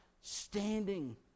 standing